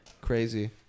crazy